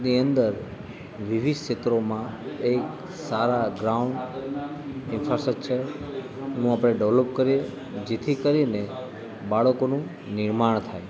ની અંદર વિવિધ ક્ષેત્રોમાં એ સારા ગ્રાઉન્ડ ઇન્ફ્રાસ્ટ્રકચરનું આપણે ડેવલોપ કરીએ જેથી કરીને બાળકોનું નિર્માણ થાય